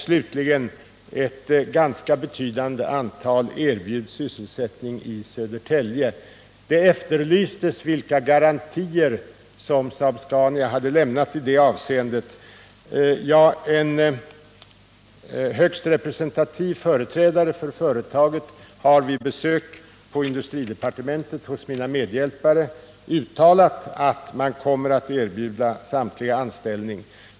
Slutligen erbjuds ett ganska betydande antal sysselsättning i Södertälje. Det har här frågats vilka garantier Saab-Scania har lämnat i det avseendet. En högst representativ företrädare för företaget har vid besök på industridepartementet hos mina medhjälpare uttalat att man kommer att kunna erbjuda samtliga anställning.